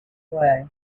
way